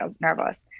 nervous